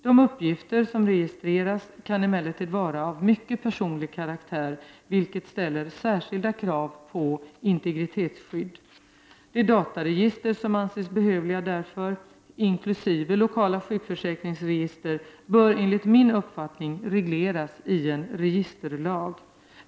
De uppgifter som registreras kan emellertid vara av mycket personlig karaktär, vilket ställer särskilda krav på integritetsskydd. De dataregister som anses behövliga därför, inkl. lokala sjukförsäkringsregister, bör enligt min uppfattning regleras i en registerlag.